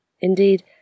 Indeed